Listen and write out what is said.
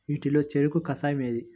వీటిలో చెరకు కషాయం ఏది?